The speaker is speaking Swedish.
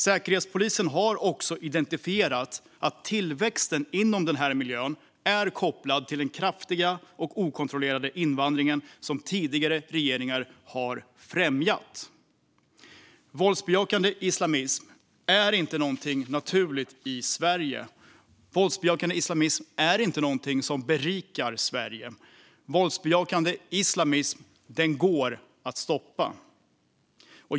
Säkerhetspolisen har också slagit fast att tillväxten inom den här miljön är kopplad till den kraftiga och okontrollerade invandring som tidigare regeringar har främjat. Våldsbejakande islamism är inte något naturligt i Sverige eller något som berikar Sverige. Våldsbejakande islamism går att stoppa.